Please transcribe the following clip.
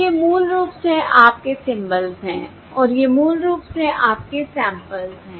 तो ये मूल रूप से आपके सिंबल्स हैं और ये मूल रूप से आपके सैंपल्स हैं